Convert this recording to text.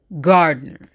gardener